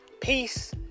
Peace